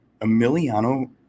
Emiliano